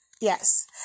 Yes